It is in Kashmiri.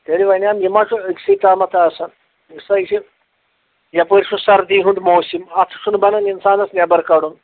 تیٚلہِ وَنیٛام یہِ ما چھُ أکسٕے تامَتھ آسان وُچھ سا چھِ یَپٲرۍ چھُ سردی ہُنٛد موسِم اَتھٕ چھُنہٕ بَنان اِنسانَس نٮ۪بر کَڈُن